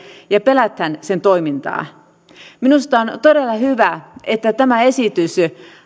ja pelätään sen toimintaa minusta on todella hyvä että tämä esitys